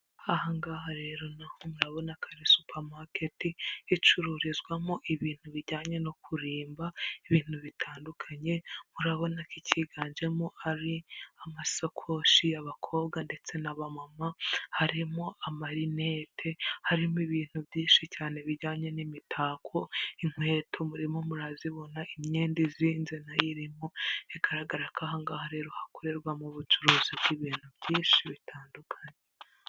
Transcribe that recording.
Aha ngaha rero, naho murabona ko ari supamaketi, icururizwamo ibintu bijyanye no kurimba, ibintu bitandukanye, murabona ko ikiganjemo ari amasakoshi y'abakobwa ndetse na b'amama, harimo amarinete, harimo ibintu byinshi cyane bijyanye n'imitako, inkweto murimo murazibona, imyenda izinze nayo irimo, bigaragara ko aha ngaha rero hakorerwamo ubucuruzi bw'ibintu byinshi bitandukanye.